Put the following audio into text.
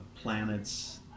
planets